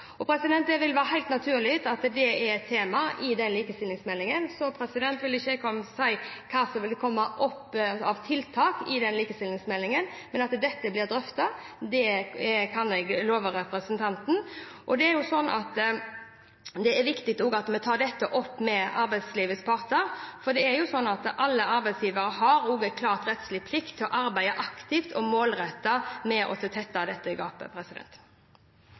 Det er helt naturlig at dette blir et tema i likestillingsmeldingen. Jeg vil ikke si hva som kommer opp av tiltak i likestillingsmeldingen, men at dette blir drøftet, kan jeg love representanten. Det er viktig at vi tar opp dette med arbeidslivets parter, for det er jo sånn at alle arbeidsgivere har en klar rettslig plikt til å arbeide aktivt og målrettet for å tette dette gapet.